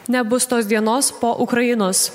nebus tos dienos po ukrainos